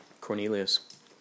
Cornelius